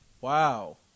Wow